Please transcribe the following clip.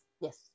Yes